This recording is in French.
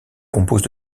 compose